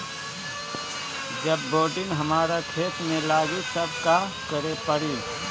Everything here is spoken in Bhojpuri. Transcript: जब बोडिन हमारा खेत मे लागी तब का करे परी?